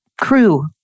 crew